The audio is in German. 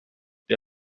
der